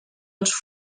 els